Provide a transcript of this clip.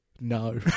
no